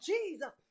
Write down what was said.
Jesus